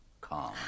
calm